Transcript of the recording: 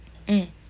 mm